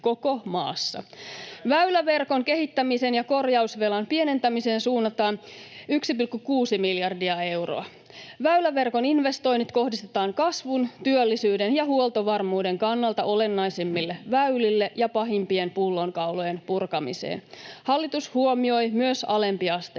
Väyläverkon kehittämiseen ja korjausvelan pienentämiseen suunnataan 1,6 miljardia euroa. Väyläverkon investoinnit kohdistetaan kasvun, työllisyyden ja huoltovarmuuden kannalta olennaisimmille väylille ja pahimpien pullonkaulojen purkamiseen. Hallitus huomioi myös alempiasteisen